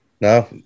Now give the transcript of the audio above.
No